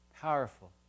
powerful